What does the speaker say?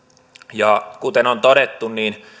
ja kuten on todettu